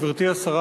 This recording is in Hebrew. גברתי השרה,